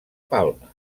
palma